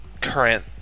current